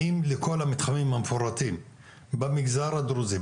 האם לכל המתחמים המפורטים במגזר הדרוזי,